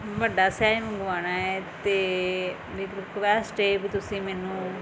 ਵੱਡਾ ਸਾਇਜ ਮੰਗਵਾਉਣਾ ਹੈ ਅਤੇ ਇੱਕ ਰਿਕੁਐਸਟ ਹੈ ਵੀ ਤੁਸੀਂ ਮੈਨੂੰ